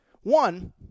One